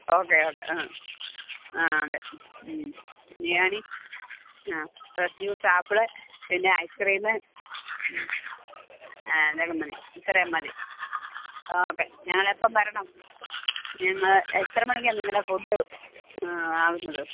okay okay ആ ആ അതേ ഞാൻ ഈ ആ ഫ്രഷ് ജ്യൂസ് ആപ്പിള് പിന്നെ ഐസ് ക്രീം ആ അതൊക്കെ മതി ഇത്രയും മതി ആ ഓക്കെ ഞങ്ങൾ എപ്പം വരണം ഞങ്ങൾ എത്രമണിക്കാണ് നിങ്ങളുടെ ഫുഡ് ആവുന്നത്